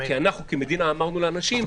כי אנחנו כמדינה אמרנו לאנשים,